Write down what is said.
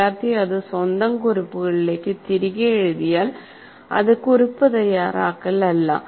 വിദ്യാർത്ഥി അത് സ്വന്തം കുറിപ്പുകളിലേക്ക് തിരികെ എഴുതിയാൽ അത് കുറിപ്പ് തയ്യാറാക്കലല്ല